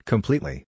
Completely